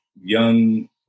young